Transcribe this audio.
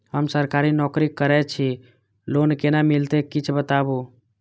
हम सरकारी नौकरी करै छी लोन केना मिलते कीछ बताबु?